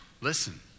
Listen